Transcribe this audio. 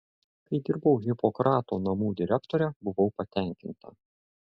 kai dirbau hipokrato namų direktore buvau patenkinta